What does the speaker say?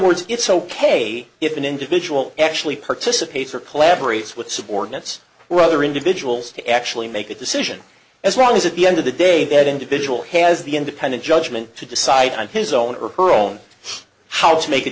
words it's ok if an individual actually participates or collaborates with subordinates were other individuals to actually make a decision as long as at the end of the day that individual has the independent judgment to decide on his own or her own how to make a